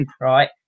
right